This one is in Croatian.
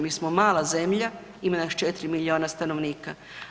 Mi smo mala zemlja, ima nas 4 milijuna stanovnika.